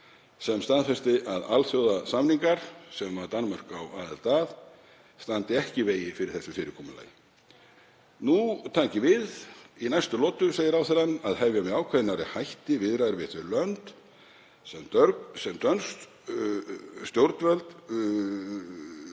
sem staðfesti að alþjóðasamningar sem Danmörk á aðild að standi ekki í vegi fyrir þessu fyrirkomulagi. Nú taki við í næstu lotu að hefja með ákveðnari hætti viðræður við þau lönd sem dönsk stjórnvöld